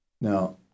Now